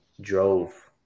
drove